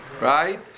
right